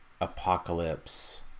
Apocalypse